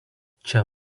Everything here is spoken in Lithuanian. čia